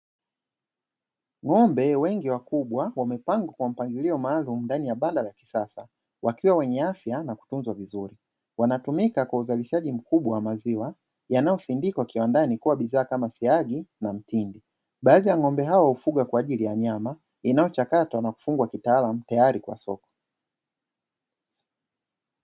Ng'ombe wengi wakubwa wamepangiliwa ndani ya banda la kisasa wakiwa wenye afya na matunzo mazuri, wanatumika kwa uzalishaji mkubwa wa maziwa yanayosindikwa kiwandani kuwa bidhaa kama siagi na mtindi, baadhi ya ng'ombe hao hufugwa kwa ajili ya nyama inayotakatwa na kufungwa kitaalam tayari kwa soko.